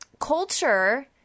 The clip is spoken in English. culture